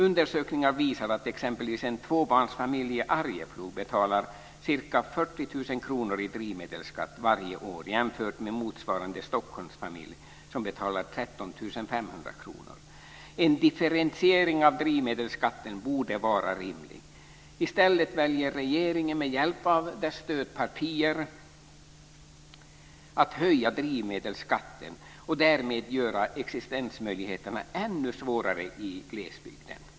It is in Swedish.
Undersökningar visar att exempelvis en tvåbarnsfamilj i Arjeplog betalar ca 40 000 kr i drivmedelsskatt varje år. Motsvarande Stockholmsfamilj betalar 13 500 kr. En differentiering av drivmedelsskatten borde vara rimlig. I stället väljer regeringen att med hjälp av sina stödpartier höja drivmedelsskatten och därmed göra existensmöjligheterna ännu svårare i glesbygden.